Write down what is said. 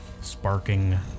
sparking